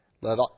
Let